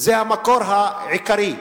זה המקור העיקרי.